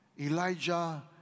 Elijah